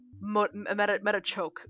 Metachoke